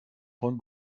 von